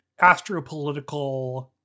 astropolitical